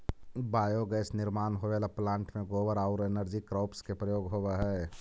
biogas निर्माण होवेला plant में गोबर औउर एनर्जी क्रॉप्स के प्रयोग होवऽ हई